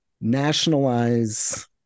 nationalize